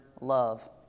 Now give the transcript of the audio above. love